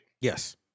Yes